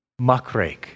muckrake